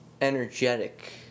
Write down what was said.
energetic